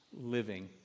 living